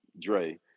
dre